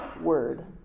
word